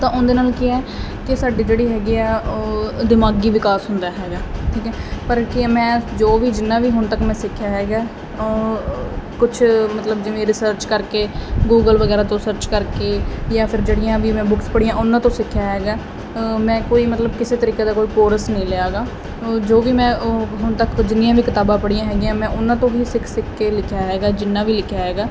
ਤਾਂ ਉਹਦੇ ਨਾਲ ਕੀ ਐ ਕਿ ਸਾਡੀ ਜਿਹੜੀ ਹੈਗੀ ਆ ਉਹ ਦਿਮਾਗੀ ਵਿਕਾਸ ਹੁੰਦਾ ਹੈਗਾ ਠੀਕ ਐ ਪਰ ਇੱਤੇ ਮੈਂ ਜੋ ਵੀ ਜਿੰਨਾ ਵੀ ਹੁਣ ਤੱਕ ਮੈਂ ਸਿੱਖਿਆ ਹੈਗਾ ਕੁਝ ਮਤਲਬ ਜਿਵੇਂ ਰਿਸਰਚ ਕਰਕੇ ਗੂਗਲ ਵਗੈਰਾ ਤੋਂ ਸਰਚ ਕਰਕੇ ਯਾ ਫਿਰ ਜਿਹੜੀਆਂ ਵੀ ਮੈਂ ਬੁੱਕਸ ਪੜੀਆਂ ਉਹਨਾਂ ਤੋਂ ਸਿੱਖਿਆ ਹੈਗਾ ਮੈਂ ਕੋਈ ਮਤਲਬ ਕਿਸੇ ਤਰੀਕੇ ਦਾ ਕੋਈ ਕੋਰਸ ਨਹੀਂ ਲਿਆ ਗਾ ਜੋ ਵੀ ਮੈਂ ਹੁਣ ਤੱਕ ਜਿਹਨੀਆਂ ਵੀ ਕਿਤਾਬਾਂ ਪੜ੍ਹੀਆਂ ਹੈਗੀਆਂ ਮੈਂ ਉਹਨਾਂ ਤੋਂ ਵੀ ਸਿੱਖ ਸਿੱਖ ਕੇ ਲਿਖਿਆ ਹੈਗਾ ਜਿੰਨਾ ਵੀ ਲਿਖਿਆ ਹੈਗਾ